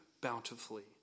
bountifully